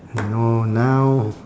I know now